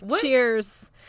Cheers